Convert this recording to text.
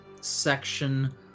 section